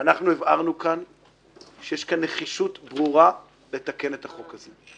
חושב שהבהרנו שיש כאן נחישות לתקן את החוק הזה,